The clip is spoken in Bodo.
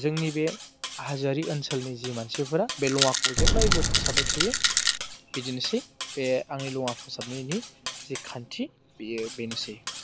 जोंनि बे हाजोआरि ओनसोलनि जि मानसिफोरा बे लङाखौ जेब्लायबो फोसाबबाय थायो बिदिनोसै बे आंनि लङा फोसाबनायनायनि जि खान्थि बियो बेनोसै